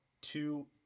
two